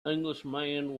englishman